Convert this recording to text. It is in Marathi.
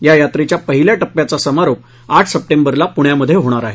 या यात्रेच्या पहिल्या टप्प्याचा समारोप आठ सप्टेंबरला पुण्यामध्ये होणार आहे